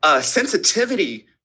sensitivity